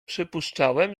przypuszczałem